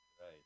Right